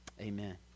Amen